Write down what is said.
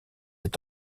est